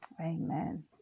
amen